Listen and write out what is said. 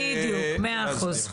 בדיוק, מאה אחוז.